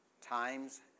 times